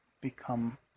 become